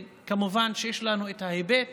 כמובן שיש לנו את ההיבט